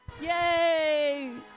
Yay